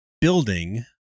building